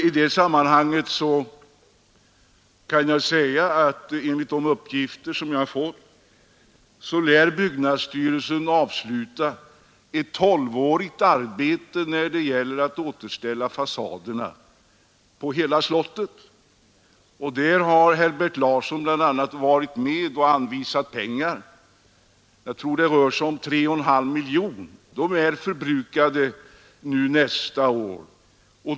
I det sammanhanget kan jag nämna att byggnadsstyrelsen enligt de uppgifter jag har fått nu lär avsluta ett tolvårigt arbete med att återställa fasaderna på hela slottet i deras ursprungliga skick. Herbert Larsson har bl.a. varit med om att anvisa pengar till detta — jag tror det rör sig om 3,5 miljoner kronor — som blir förbrukade nästa år.